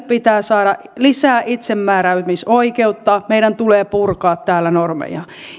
pitää saada lisää itsemääräämisoikeutta meidän tulee purkaa täällä normeja